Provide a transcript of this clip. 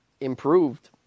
improved